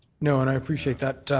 no, and i appreciate that.